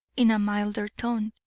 in a milder tone.